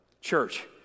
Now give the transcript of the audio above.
church